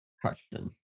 question